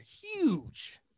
huge